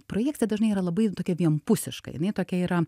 projekcija dažnai yra labai tokia vienpusiška jinai tokia yra